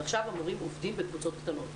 עכשיו המורים עובדים בקבוצות קטנות.